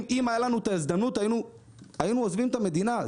אם הייתה לנו את ההזדמנות היינו עוזבים את המדינה.